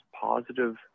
positive